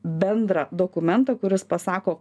bendrą dokumentą kuris pasako